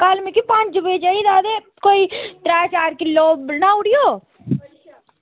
कल्ल मिगी पंज बजे चाहिदा ते कोई त्रैऽ चार किलो बनाई ओड़ेओ